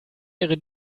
ihre